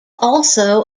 also